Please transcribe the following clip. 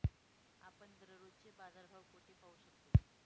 आपण दररोजचे बाजारभाव कोठे पाहू शकतो?